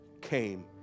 came